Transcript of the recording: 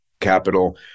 capital